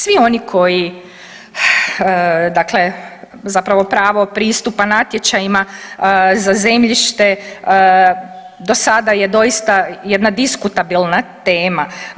Svi oni koji dakle, zapravo pravo pristupa natječajima za zemljište do sada je doista jedna diskutabilna tema.